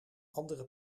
andere